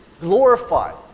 glorified